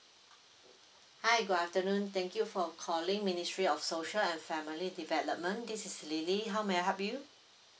hi good afternoon thank you for calling ministry of social and family development this is lily how may I help you